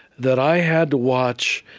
that i had to watch,